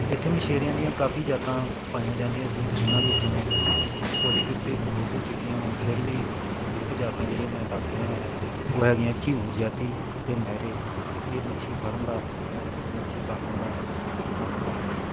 ਇੱਥੇ ਮਛੇਰਿਆਂ ਦੀਆਂ ਕਾਫ਼ੀ ਜਾਤਾਂ ਪਾਈਆਂ ਜਾਂਦੀਆਂ ਸੀ ਉਹਨਾਂ ਵਿੱਚੋਂ ਕੁਝ ਕੁ ਤਾਂ ਅਲੋਪ ਹੋ ਚੁੱਕੀਆਂ ਵਾ ਫਿਰ ਵੀ ਦੋ ਕੁ ਜਾਤਾਂ ਜਿਹੜੀਆਂ ਮੈਂ ਦੱਸ ਰਿਹਾ ਹਾਂ ਉਹ ਹੈਗੀਆਂ ਝਿਊਰ ਜਾਤੀ ਅਤੇ ਮਹਿਰੇ ਇਹ ਮੱਛੀ ਫੜਨ ਦਾ ਮੱਛੀ ਪਾਲਣ ਦਾ ਕੰਮ ਕਰਦੇ ਨੇ